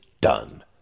done